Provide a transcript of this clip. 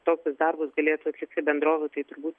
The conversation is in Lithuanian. tokius darbus galėtų atlikti bendrovių tai turbūt